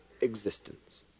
existence